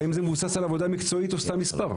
האם זה מבוסס על עבודה מקצועית או סתם מספר?